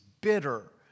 bitter